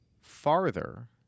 farther